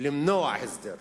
למנוע הסדר,